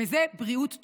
וזה בריאות טובה.